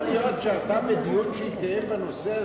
יכול להיות שאמרת בדיון שהתקיים בנושא הזה,